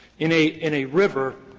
in a in a river,